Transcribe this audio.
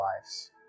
lives